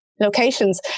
locations